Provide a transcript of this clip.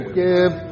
give